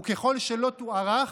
וככל שלא תוארך,